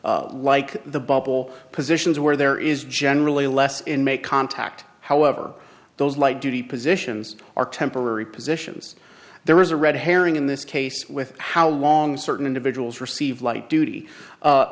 like the bubble positions where there is generally less in may contact however those light duty positions are temporary positions there is a red herring in this case with how long certain individuals receive light